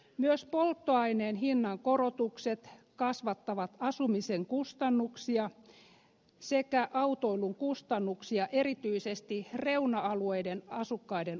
myös polttoaineen hinnankorotukset kasvattavat asumisen kustannuksia sekä autoilun kustannuksia erityisesti reuna alueiden asukkaiden osalta